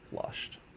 flushed